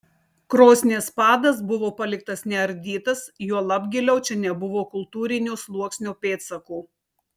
krosnies padas buvo paliktas neardytas juolab giliau čia nebuvo kultūrinio sluoksnio pėdsakų